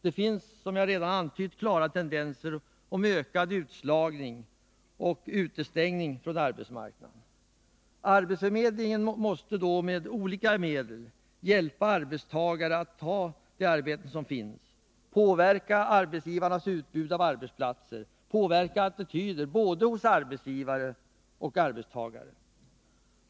Det finns, som jag redan har antytt, klara tendenser till ökad utslagning och utestängning från arbetsmarknaden. Arbetsförmedlingen måste då med olika medel hjälpa arbetstagarna att ta de arbeten som finns, påverka arbetsgivarnas utbud av arbetsplatser och påverka attityder hos både arbetsgivare och arbetstagare.